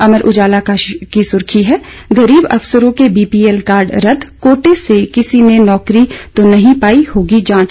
अमर उजाला की सुर्खी है गरीब अफसरों के बीपीएल कार्ड रदद कोटे से किसी ने नौकरी तो नहीं पाई होगी जांच